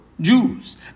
Jews